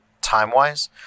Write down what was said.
time-wise